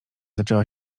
zaczęła